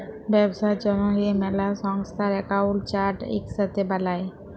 ব্যবসার জ্যনহে ম্যালা সংস্থার একাউল্ট চার্ট ইকসাথে বালায়